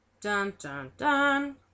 Dun-dun-dun